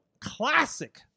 classic